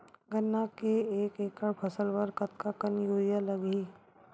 गन्ना के एक एकड़ फसल बर कतका कन यूरिया लगही?